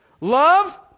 Love